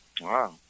Wow